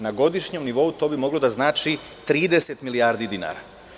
Na godišnjem nivou to bi moralo da znači 30 milijardi dinara.